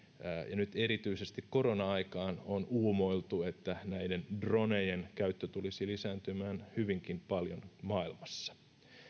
nyt erityisesti korona aikaan on uumoiltu että näiden dronejen käyttö tulisi lisääntymään hyvinkin paljon maailmassa